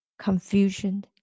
confusion